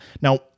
Now